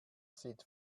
sieht